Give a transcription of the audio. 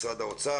משרד האוצר,